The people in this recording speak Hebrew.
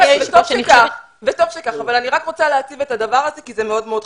וטוב שכך אבל אני רק רוצה להציף את הדבר הזה כי זה מאוד מאוד חשוב.